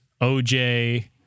OJ